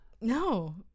No